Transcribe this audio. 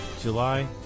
July